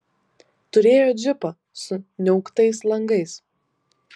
turėjo džipą su niauktais langais